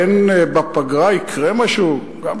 פן יקרה משהו בפגרה.